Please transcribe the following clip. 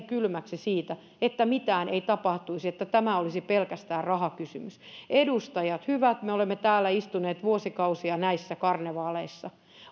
kylmäksi tässä että mitään ei tapahtuisi ja että tämä olisi pelkästään rahakysymys edustajat hyvät me olemme täällä istuneet vuosikausia näissä karnevaaleissa